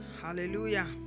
Hallelujah